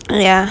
yeah